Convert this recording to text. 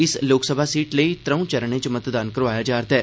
इस लोकसभा सीट लेई त्रौं चरणें च मतदान करोआया जा'रदा ऐ